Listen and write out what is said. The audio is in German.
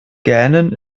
gähnen